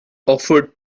offered